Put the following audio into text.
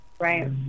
right